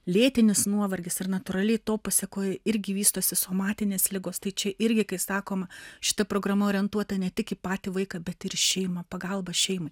lėtinis nuovargis ar natūraliai to pasekoje irgi vystosi somatinės ligos tai čia irgi kai sakoma šita programa orientuota ne tik į patį vaiką bet ir į šeimą pagalbą šeimai